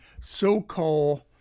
so-called